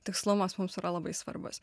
tikslumas mums yra labai svarbus